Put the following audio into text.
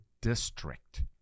district